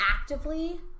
actively